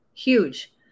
Huge